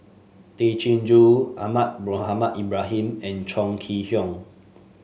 Tay Chin Joo Ahmad Mohamed Ibrahim and Chong Kee Hiong